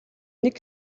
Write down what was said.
нэг